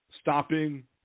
stopping